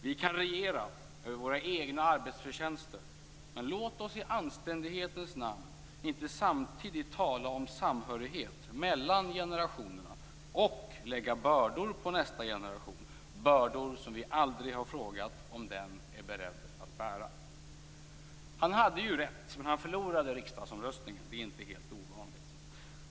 Vi kan regera över våra egna arbetsförtjänster, men låt oss i anständighetens namn inte samtidigt tala om samhörighet mellan generationerna och lägga bördor på nästa generation, bördor som vi aldrig har frågat om den är beredd att bära." Han hade ju rätt, men han förlorade riksdagsomröstningen. Det är inte helt ovanligt.